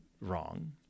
wrong